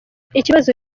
ikibazo